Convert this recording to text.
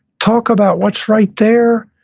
talk about what's right there,